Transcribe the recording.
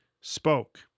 spoke